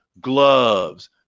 gloves